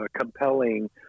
compelling